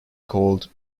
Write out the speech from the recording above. called